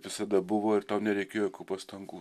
visada buvo ir tau nereikėjo jokių pastangų